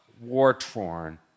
war-torn